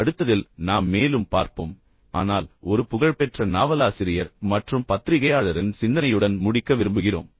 அடுத்ததில் நாம் மேலும் பார்ப்போம் ஆனால் ஒரு புகழ்பெற்ற நாவலாசிரியர் மற்றும் பத்திரிகையாளரின் சிந்தனையுடன் முடிக்க விரும்புகிறோம்